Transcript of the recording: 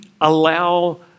allow